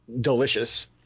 delicious